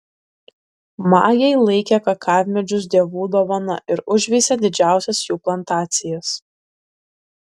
majai laikė kakavmedžius dievų dovana ir užveisė didžiausias jų plantacijas